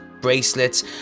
bracelets